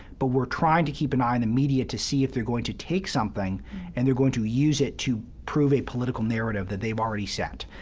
but we're trying to keep an eye on and the media to see if they're going to take something and they're going to use it to prove a political narrative that they've already set.